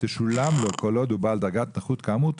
תשולם לו כל עוד הוא בעל דרגת נכות כאמור,